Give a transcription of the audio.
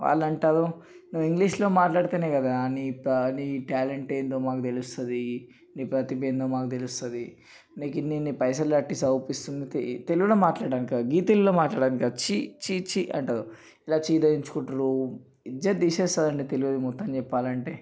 వాళ్లంటారు నువ్వు ఇంగ్లీషులో మాట్లాడితేనే కదరా నీ ఆ నీ టాలెంట్ ఏందో మాకు తెలుస్తుంది నీ ప్రతిభ ఏందో మాకు తెలుస్తుంది నీకిన్నిన్ని పైసలుకట్టి చదువుపిస్తుంటే తెలుగులోమాట్లాడడానికావచ్చి ఈ తెలుగులోమాట్లాడడానికా ఛీ ఛీఛీ అంటారు ఇలా చీదరించుకుంటారు ఇజ్జత్ తీసేస్తారండి తెలుగులో మొత్తం చెప్పాలంటే